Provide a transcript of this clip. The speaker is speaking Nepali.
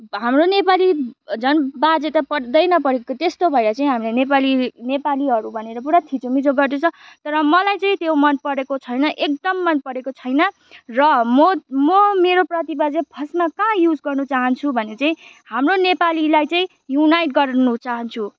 हाम्रो नेपाली झन् बाजे त झन् पढ्दै नपढ्को त्यस्तो भएर चाहिँ हाम्रो नेपाली नेपालीहरू भनेर पुरा थिचोमिचो गर्दैछ तर मलाई चाहिँ त्यो मनपरेको छैन एकदम मनपरेको छैन र म म मेरो प्रतिभा चाहिँ फर्स्टमा कहाँ युज गर्नु चाहन्छु भने चाहिँ हाम्रो नेपालीलाई चाहिँ युनाइट गर्नु चाहन्छु